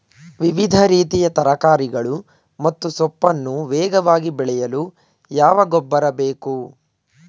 ವಿವಿಧ ರೀತಿಯ ತರಕಾರಿಗಳು ಮತ್ತು ಸೊಪ್ಪನ್ನು ವೇಗವಾಗಿ ಬೆಳೆಯಲು ಯಾವ ಗೊಬ್ಬರ ಬೇಕು?